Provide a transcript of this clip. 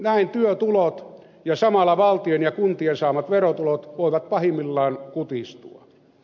näin työtulot ja samalla valtion ja kuntien saamat verotulot voivat pahimmillaan kutistua